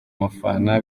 mufana